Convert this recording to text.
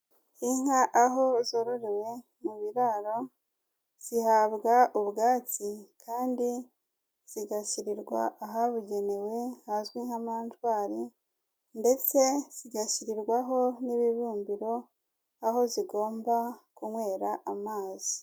Inka aho zororewe mu biraro, zihabwa ubwatsi kandi zigashyirirwa ahabugenewe hazwi nka manjwari ndetse zigashyirirwaho n'ibibumbiro, aho zigomba kunywera amazi.